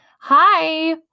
Hi